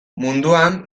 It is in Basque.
munduan